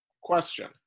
question